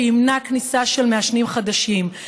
שימנע כניסה של מעשנים חדשים,